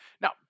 Now